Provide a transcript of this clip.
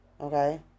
okay